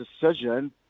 decision